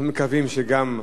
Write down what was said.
אנחנו מקווים שגם,